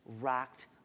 rocked